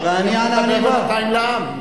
לא, אתה יכול לדבר בינתיים לעם.